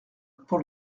pour